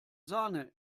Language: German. sahne